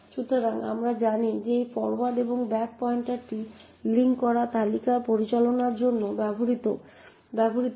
সুতরাং আমরা জানি যে এই ফরোয়ার্ড এবং ব্যাক পয়েন্টারটি লিঙ্ক করা তালিকা পরিচালনার জন্য ব্যবহৃত হয়